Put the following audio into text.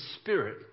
spirit